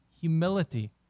Humility